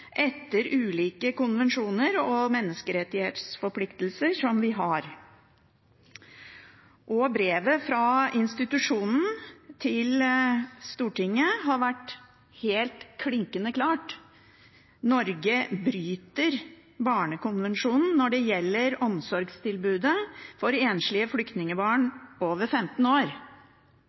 etter ulike konvensjoner, bl.a. menneskerettighetsforpliktelser, som vi har. Brevet fra institusjonen til Stortinget var klinkende klart: Norge bryter barnekonvensjonen når det gjelder omsorgstilbudet for enslige flyktningbarn over 15 år.